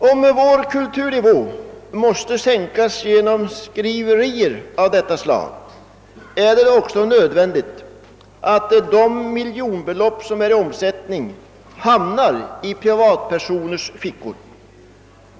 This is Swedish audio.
Om vår kulturnivå måste sänkas genom skriverier av detta slag, är det då också nödvändigt att de miljonbelopp som är i omsättning hamnar i privatpersoners fickor?